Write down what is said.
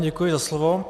Děkuji za slovo.